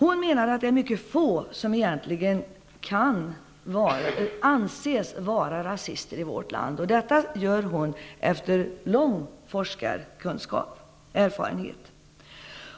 Hon menar att det är få som egentligen kan anses vara rasister i vårt land. Det gör hon efter lång forskarerfarenhet.